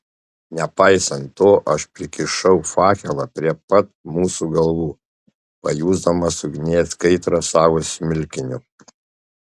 nepaisant to aš prikišau fakelą prie pat mūsų galvų pajusdamas ugnies kaitrą savo smilkiniu